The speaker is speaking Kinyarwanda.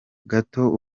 gato